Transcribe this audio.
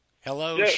Hello